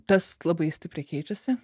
tas labai stipriai keičiasi